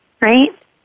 right